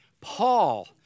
Paul